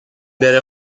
بره